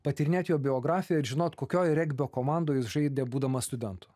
patyrinėt jo biografiją ir žinot kokioj regbio komandoj jis žaidė būdamas studentu